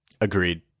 Agreed